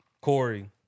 Corey